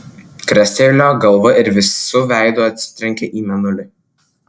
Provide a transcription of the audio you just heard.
krestelėjo galvą ir visu veidu atsitrenkė į mėnulį